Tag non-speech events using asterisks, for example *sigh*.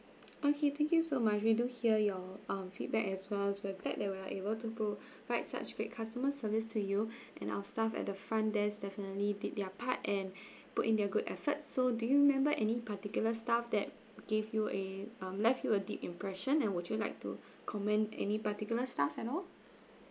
okay thank you so much we do hear your um feedback as well so we're glad that we are able to provide such great customer service to you *breath* and our staff at the front desk definitely did their part and *breath* put in their good effort so do you remember any particular staff that gave you a um left you a deep impression and would you like to comment any particular stuff at all